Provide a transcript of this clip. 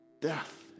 death